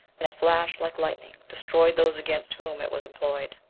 and a flash like lightning, destroyed those against whom it was employed?